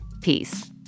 Peace